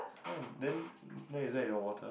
then then that is that your water